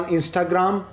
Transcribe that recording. Instagram